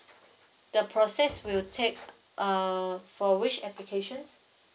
the process will take err for which application